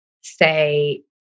say